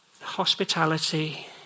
hospitality